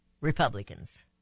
Republicans